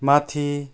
माथि